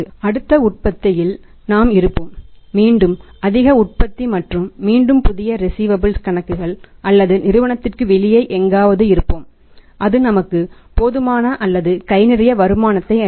அடுத்த உற்பத்தியில் நாம் இருப்போம் மீண்டும் அதிக உற்பத்தி மற்றும் மீண்டும் புதிய ரிஸீவபல்ஸ் கணக்குகள் அல்லது நிறுவனத்திற்கு வெளியே எங்காவது இருப்போம் அது நமக்கு போதுமான அல்லது கைநிறைய வருமானத்தை அளிக்கும்